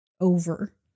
over